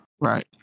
Right